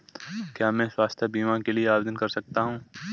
क्या मैं स्वास्थ्य बीमा के लिए आवेदन कर सकता हूँ?